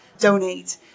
Donate